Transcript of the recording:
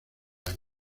año